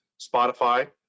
Spotify